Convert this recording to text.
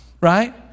right